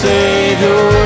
Savior